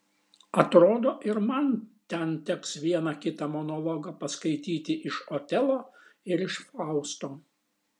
atrodo ir man ten teks vieną kitą monologą paskaityti iš otelo ir iš fausto